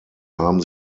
haben